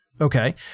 Okay